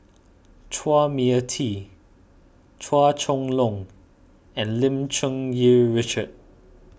Chua Mia Tee Chua Chong Long and Lim Cherng Yih Richard